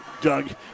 Doug